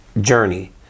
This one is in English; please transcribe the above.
journey